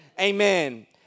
amen